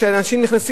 של אנשים שנכנסים,